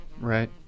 right